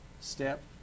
step